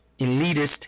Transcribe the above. elitist